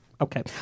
Okay